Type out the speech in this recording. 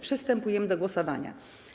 Przystępujemy do głosowania.